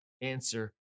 answer